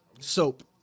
Soap